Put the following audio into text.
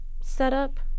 setup